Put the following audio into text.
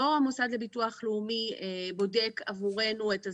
לא המוסד לביטוח לאומי בודק עבורנו את הזכאות,